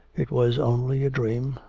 it was only a dream,